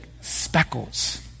speckles